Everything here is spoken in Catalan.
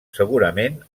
segurament